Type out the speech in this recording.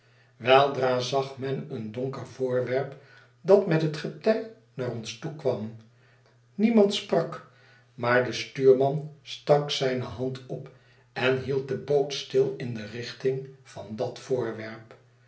weldra zag men een donker voorwerp dat met het getij naar ons toe kwam niemand sprak maar de stuurman stak zijne hand op en hield de boot stil in de richting van dat voorwerp